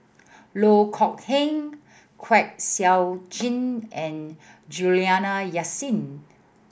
Loh Kok Heng Kwek Siew Jin and Juliana Yasin